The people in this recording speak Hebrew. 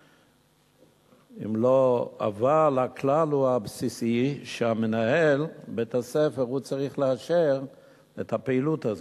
אבל הכלל הבסיסי הוא שמנהל בית-הספר צריך לאשר את הפעילות הזאת,